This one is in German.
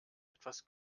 etwas